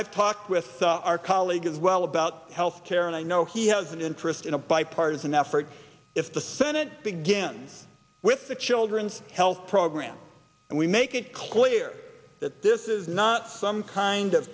i've talked with our colleague as well about health care and i know he has an interest in a bipartisan effort if the senate begins with the children's health program and we make it clear that this is not some kind of